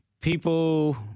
People